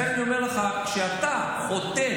לכן אני אומר לך שכשאתה חותם,